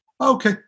okay